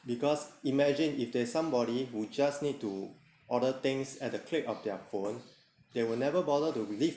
because imagine if there's somebody who just need to order things at the click of their phone they will never bother to be le~